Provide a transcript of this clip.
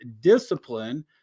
discipline